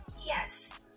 yes